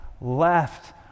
left